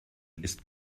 ist